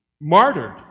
martyred